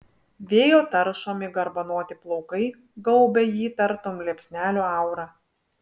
vėjo taršomi garbanoti plaukai gaubia jį tartum liepsnelių aura